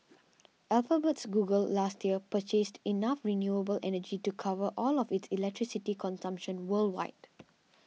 Alphabet's Google last year purchased enough renewable energy to cover all of its electricity consumption worldwide